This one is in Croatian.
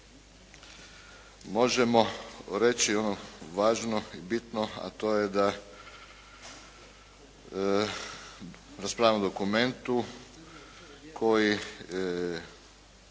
Možemo reći važno i bitno a to je da raspravljamo o dokumentu koji